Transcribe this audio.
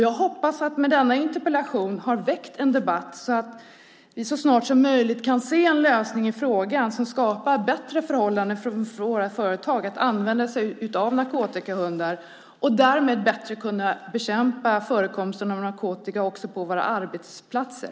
Jag hoppas att jag med denna interpellation har väckt en debatt så att vi så snart som möjligt kan se en lösning i frågan som skapar bättre möjligheter för våra företag att använda sig av narkotikahundar och därmed också bättre kunna bekämpa förekomsten av narkotika på våra arbetsplatser.